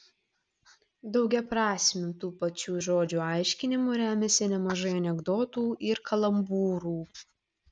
daugiaprasmiu tų pačių žodžių aiškinimu remiasi nemažai anekdotų ir kalambūrų